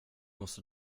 måste